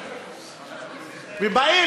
ובאים,